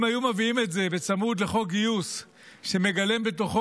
אם היו מביאים את זה בצמוד לחוק גיוס שמגלם בתוכו